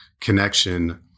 connection